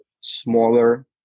smaller